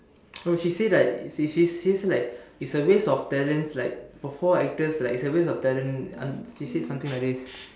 no she said like she she say like it's a waste of talents like for four actress like is a waste of talent un~ she said something like this